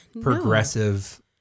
progressive